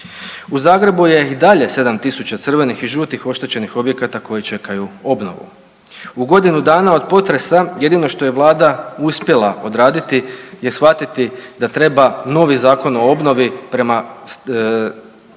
U Zagrebu je i dalje 7.000 crvenih i žutih oštećenih objekata koji čekaju obnovu. U godinu dana od potresa jedino što je vlada uspjela odraditi je shvatiti da treba novi Zakon o obnovi premda sama